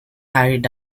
hurried